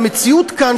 המציאות כאן,